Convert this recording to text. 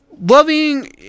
loving